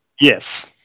Yes